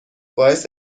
باعث